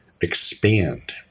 expand